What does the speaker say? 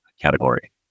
category